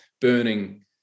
burning